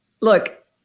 Look